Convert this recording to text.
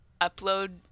upload